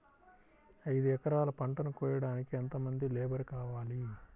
ఐదు ఎకరాల పంటను కోయడానికి యెంత మంది లేబరు కావాలి?